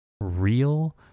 real